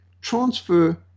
Transfer